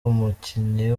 umukinnyi